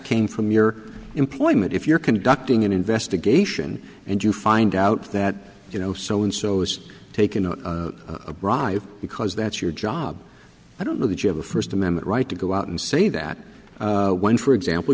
came from your employment if you're conducting an investigation and you find out that you know so and so has taken a bribe because that's your job i don't know that you have a first amendment right to go out and say that when for example